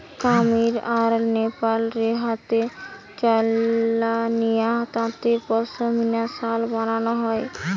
কামীর আর নেপাল রে হাতে চালানিয়া তাঁতে পশমিনা শাল বানানা হয়